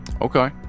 okay